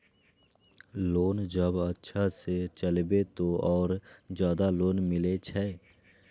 Loan जब अच्छा से चलेबे तो और ज्यादा लोन मिले छै?